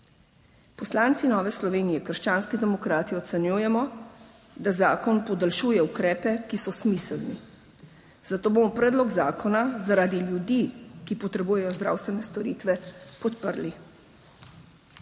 Poslanci Nove Slovenije - krščanski demokrati ocenjujemo, da zakon podaljšuje ukrepe, ki so smiselni, zato bomo predlog zakona zaradi ljudi, ki potrebujejo zdravstvene storitve, podprli.